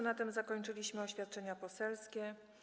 Na tym zakończyliśmy oświadczenia poselskie.